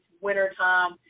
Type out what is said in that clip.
wintertime